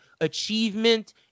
achievement